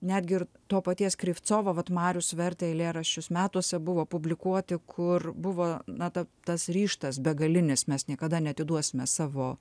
netgi ir to paties krivtsovo vat marius vertė eilėraščius metuose buvo publikuoti kur buvo na ta tas ryžtas begalinis mes niekada neatiduosime savo